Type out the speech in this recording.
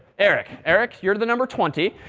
eric. eric, you're the number twenty.